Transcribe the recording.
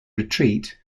retreat